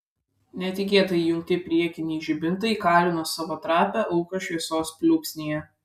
netikėtai įjungti priekiniai žibintai įkalino savo trapią auką šviesos pliūpsnyje